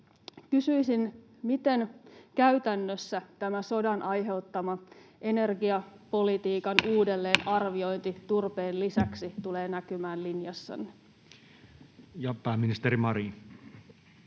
Kysyisin: miten käytännössä tämä sodan aiheuttama energiapolitiikan uudelleenarviointi, turpeen lisäksi, tulee näkymään linjassanne? [Speech 21]